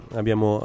abbiamo